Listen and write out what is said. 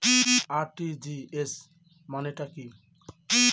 RTGS মানে টা কি?